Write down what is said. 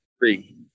three